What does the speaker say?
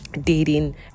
dating